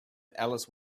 alice